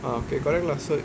ah okay correct lah so